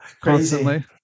constantly